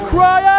Cry